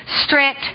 strict